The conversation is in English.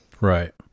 Right